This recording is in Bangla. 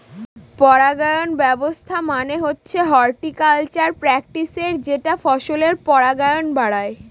পরাগায়ন ব্যবস্থা মানে হচ্ছে হর্টিকালচারাল প্র্যাকটিসের যেটা ফসলের পরাগায়ন বাড়ায়